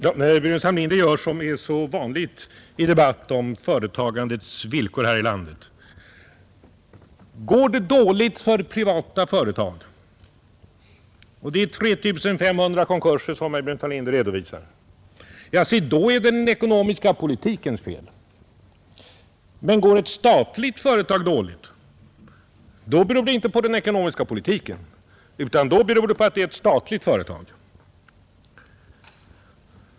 Herr talman! Herr Burenstam Linder gör de påpekanden som är så vanliga i debatter om företagandets villkor här i landet. Går det dåligt för privata företag — och herr Burenstam Linder redovisar 3 500 konkurser — då är det den ekonomiska politikens fel! Men går ett statligt företag dåligt, då beror det inte på den ekonomiska politiken, utan på att företaget är statligt. Herr talman!